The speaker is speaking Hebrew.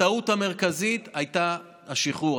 הטעות המרכזית הייתה השחרור.